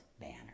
Banner